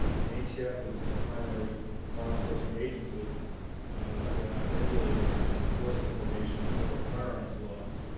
and atf is the primary law enforcement agency that regulates and enforces our nation's federal firearms laws.